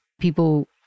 People